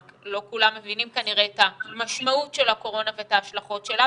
רק לא כולם מבינים כנראה את המשמעות של הקורונה ואת ההשלכות שלה,